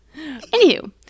Anywho